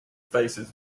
faces